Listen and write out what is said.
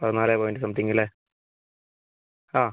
പതിനാല് point something അല്ലേ ആ